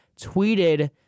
tweeted